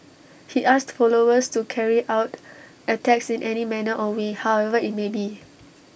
he asked followers to carry out attacks in any manner or way however IT may be